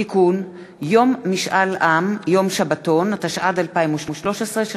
(תיקון, יום משאל עם, יום שבתון), התשע"ד 2013,